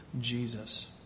Jesus